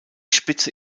spitze